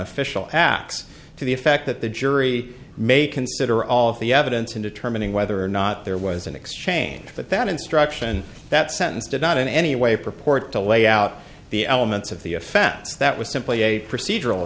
official acts to the effect that the jury may consider all of the evidence in determining whether or not there was an exchange but that instruction that sentence did not in any way purport to lay out the elements of the offense that was simply a procedural